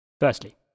Firstly